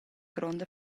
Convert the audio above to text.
gronda